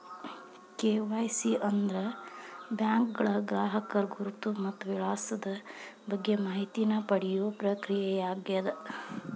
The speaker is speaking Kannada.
ಕೆ.ವಾಯ್.ಸಿ ಅಂದ್ರ ಬ್ಯಾಂಕ್ಗಳ ಗ್ರಾಹಕರ ಗುರುತು ಮತ್ತ ವಿಳಾಸದ ಬಗ್ಗೆ ಮಾಹಿತಿನ ಪಡಿಯೋ ಪ್ರಕ್ರಿಯೆಯಾಗ್ಯದ